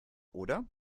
oder